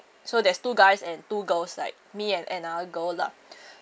so there's two guys and two girls like me and another girl lah